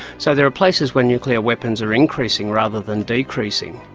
so there are places where nuclear weapons are increasing rather than decreasing.